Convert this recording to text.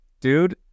Dude